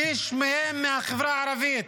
שליש מהם מהחברה הערבית.